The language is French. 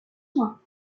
soins